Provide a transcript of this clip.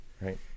Right